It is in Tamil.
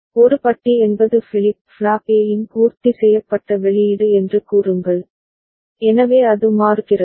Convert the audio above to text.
ஒரு பட்டி என்பது ஃபிளிப் ஃப்ளாப் A இன் பூர்த்தி செய்யப்பட்ட வெளியீடு என்று கூறுங்கள் எனவே அது மாறுகிறது